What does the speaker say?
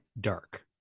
dark